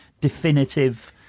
definitive